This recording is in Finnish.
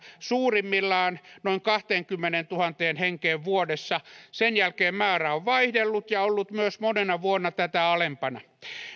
suurimmillaan noin kahteenkymmeneentuhanteen henkeen vuodessa sen jälkeen määrä on vaihdellut ja ollut monena vuonna myös tätä alempana